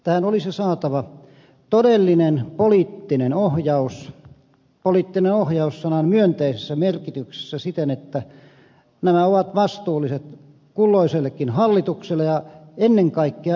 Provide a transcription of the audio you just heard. tähän olisi saatava todellinen poliittinen ohjaus poliittinen ohjaus sanan myönteisessä merkityksessä siten että nämä ovat vastuulliset kulloisellekin hallitukselle ja ennen kaikkea eduskunnalle